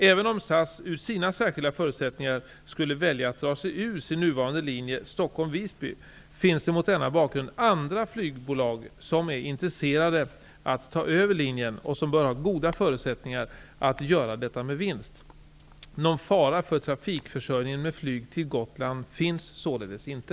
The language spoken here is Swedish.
Även om SAS med sina särskilda förutsättningar skulle välja att dra sig ur sin nuvarande linje Stockholm--Visby, finns mot denna bakgrund andra flygbolag som är intresserade av att ta över linjen och som bör ha goda förutsättningar att göra detta med vinst. Gotland finns således inte.